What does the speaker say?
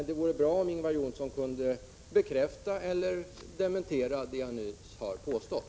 Det vore bra om Ingvar Johnsson kunde bekräfta eller dementera det jag nyss har påstått.